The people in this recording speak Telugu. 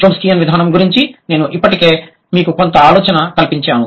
చోమ్స్కియాన్ విధానం గురించి నేను ఇప్పటికే మీకు కొంత ఆలోచన కల్పించాను